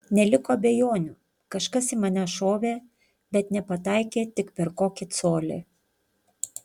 neliko abejonių kažkas į mane šovė bet nepataikė tik per kokį colį